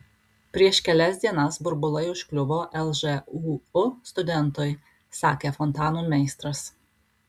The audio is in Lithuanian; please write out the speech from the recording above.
prieš kelias dienas burbulai užkliuvo lžūu studentui sakė fontanų meistras